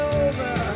over